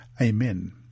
Amen